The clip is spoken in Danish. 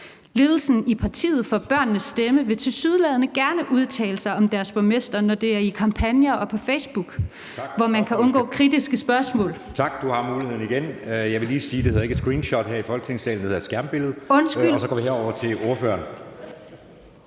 Ledelsen i partiet for børnenes stemme vil tilsyneladende gerne udtale sig om deres borgmester, når det er i kampagner og på Facebook, hvor man kan undgå kritiske spørgsmål.